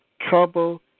trouble